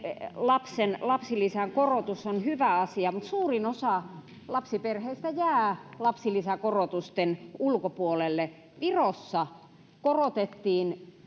lapsen lapsilisän korotus on hyvä asia mutta suurin osa lapsiperheistä jää lapsilisäkorotusten ulkopuolelle virossa korotettiin